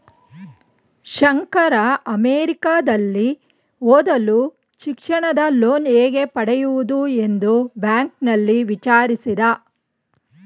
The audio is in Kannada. ಶಂಕರ ಅಮೆರಿಕದಲ್ಲಿ ಓದಲು ಶಿಕ್ಷಣದ ಲೋನ್ ಹೇಗೆ ಪಡೆಯುವುದು ಎಂದು ಬ್ಯಾಂಕ್ನಲ್ಲಿ ವಿಚಾರಿಸಿದ